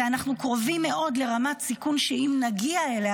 ואנחנו קרובים מאוד לרמת סיכון שאם נגיע אליה,